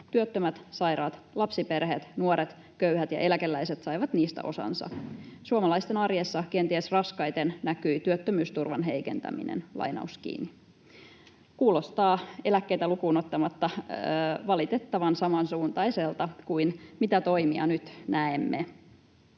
Työttömät, sairaat, lapsiperheet, nuoret, köyhät ja eläkeläiset saivat niistä osansa. Suomalaisten arjessa kenties raskaiten näkyi työttömyysturvan heikentäminen.” Kuulostaa eläkkeitä lukuun ottamatta valitettavan samansuuntaiselta kuin mitä toimia nyt näemme.